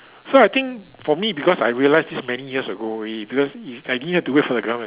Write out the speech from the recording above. so I think for me because I realize this many years ago already because is I didn't have to wait for the government